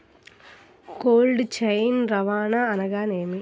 Cold chain రవాణా అనగా నేమి?